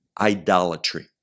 idolatry